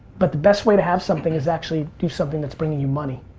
but the best way to have something is actually do something that's bringing you money.